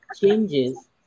changes